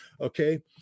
Okay